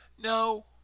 No